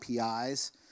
APIs